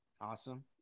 awesome